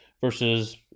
versus